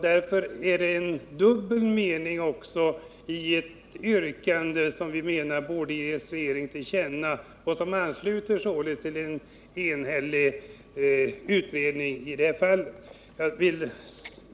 Därför finns det ett dubbelt skäl för den mening som vi anser borde ges regeringen till känna och som ansluter till vad en enig utredning anser i det här fallet.